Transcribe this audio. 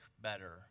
better